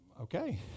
okay